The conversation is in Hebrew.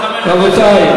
רבותי,